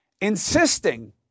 Insisting